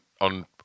on